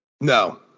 No